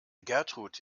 gertrud